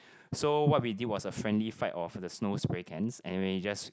so what we did was a friendly fight of the snow spray cans and we just